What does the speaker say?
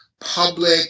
public